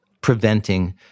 preventing